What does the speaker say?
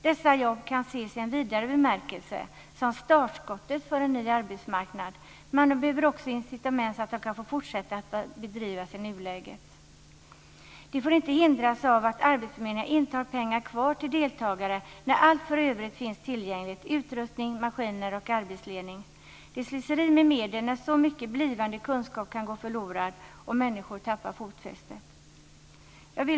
Dessa jobb kan i en vidare bemärkelse ses som startskottet för en ny arbetsmarknad men det behövs också incitament så att de kan få fortsätta att bedrivas i nuläget. De får inte hindras av att arbetsförmedlingarna inte har pengar kvar till deltagare när allt för övrigt finns tillgängligt - utrustning, maskiner och arbetsledning. Det är slöseri med medel när så mycket blivande kunskap kan gå förlorad och människor tappar fotfästet.